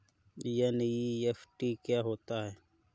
NEFT क्या होता है?